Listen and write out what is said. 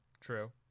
true